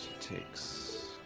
takes